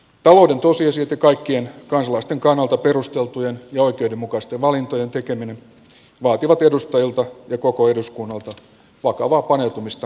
talouden tosiasiat ja kaikkien kansalaisten kannalta perusteltujen ja oikeudenmukaisten valintojen tekeminen vaativat edustajilta ja koko eduskunnalta vakavaa paneutumista omaan työhömme